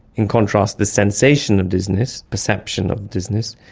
in contrast, the sensation of dizziness, perception of dizziness,